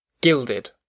gilded